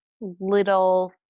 little